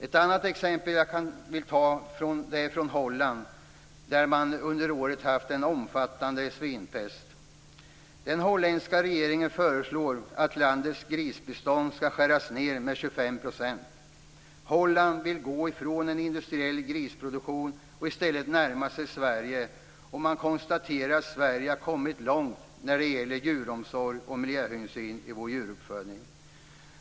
Ett annat exempel jag vill ta upp kommer från Holland, där man under året har haft en omfattande svinpest. Den holländska regeringen föreslår att landets grisbestånd skall skäras ned med 25 %. Holland vill gå ifrån en industriell grisproduktion och i stället närma sig Sverige. Man konstaterar att Sverige har kommit långt när det gäller djuromsorg och miljöhänsyn i vår djuruppfödning.